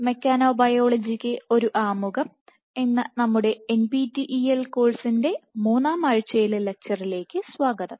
മെക്കാനോബയോളജിക്ക് ഒരു ആമുഖം എന്ന നമ്മുടെ NPTEL കോഴ്സിൻറെ മൂന്നാം ആഴ്ചയിലെ ലക്ചറിലേക്ക് സ്വാഗതം